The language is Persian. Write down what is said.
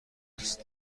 هست